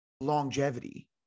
longevity